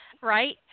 Right